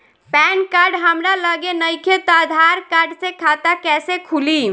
Pan card हमरा लगे नईखे त आधार कार्ड से खाता कैसे खुली?